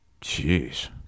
Jeez